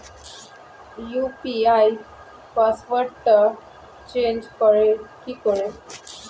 UPI পাসওয়ার্ডটা change করে কি করে?